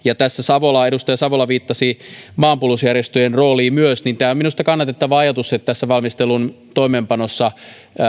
tässä edustaja savola viittasi myös maanpuolustusjärjestöjen rooliin ja tämä on minusta kannatettava ajatus että tässä valmistelun toimeenpanossa